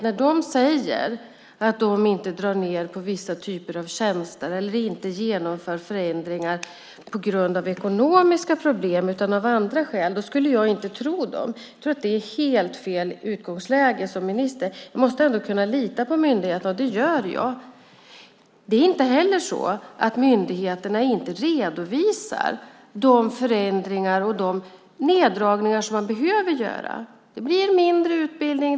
När de säger att de inte drar ned på vissa typer av tjänster och genomför förändringar på grund av ekonomiska problem utan av andra skäl skulle jag alltså inte tro dem. Jag tror att det är helt fel utgångsläge för en minister. Jag måste ändå kunna lita på en myndighet, och det gör jag. Det är inte heller så att myndigheterna inte redovisar de förändringar och neddragningar som man behöver göra. Det blir mindre utbildning.